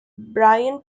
brian